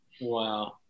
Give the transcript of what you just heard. Wow